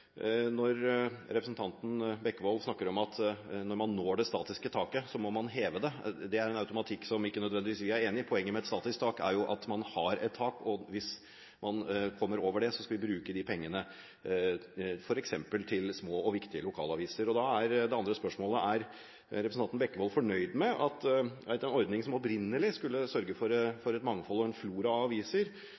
når man når det statiske taket, må man heve det. Den automatikken er ikke vi nødvendigvis enig i. Poenget med et statisk tak er jo at man har et tak, og hvis man kommer over det, skal vi bruke de pengene til f.eks. små og viktige lokalaviser. Derfor blir det andre spørsmålet: Er representanten Bekkevold fornøyd med en ordning som opprinnelig skulle sørge for et mangfold og en flora av aviser,